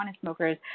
smokers